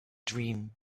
dream